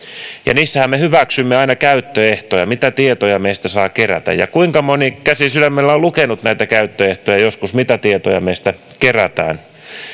niissähän me hyväksymme aina käyttöehtoja mitä tietoja meistä saa kerätä ja kuinka moni käsi sydämellä on on lukenut näitä käyttöehtoja joskus mitä tietoja meistä kerätään